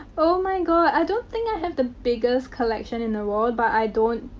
oh my god. i don't think i have the biggest collection in the world. but i don't.